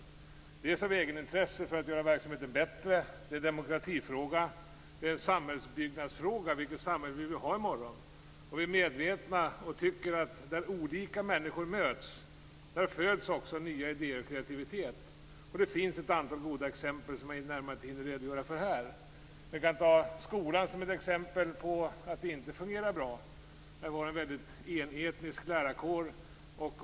Dels är det av egenintresse för att göra verksamheten bättre, dels är det en demokratifråga och en samhällsbyggnadsfråga - vilket samhälle vi vill ha i morgon. Vi är medvetna om och tycker att där olika människor möts föds också nya idéer och kreativitet. Det finns ett antal goda exempel som jag inte närmare hinner redogöra för här. Jag kan ta skolan som ett exempel på att det inte fungerar bra. Det har varit en väldigt enhetlig lärarkår.